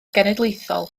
genedlaethol